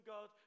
God